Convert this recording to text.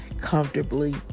comfortably